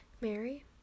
Mary